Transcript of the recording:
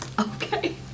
Okay